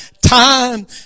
Time